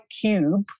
Cube